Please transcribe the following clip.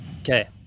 Okay